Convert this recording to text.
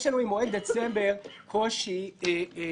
יש לנו עם מועד דצמבר קושי נוסף,